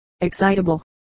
excitable